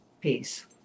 Peace